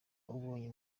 ubonye